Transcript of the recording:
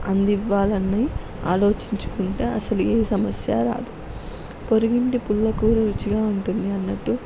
అందివ్వాలన్ని ఆలోచించుకుంటా అస్సలు ఏ సమస్యా రాదు పొరిగింటి పుల్లకూర రుచిగా ఉంటుంది అన్నట్టు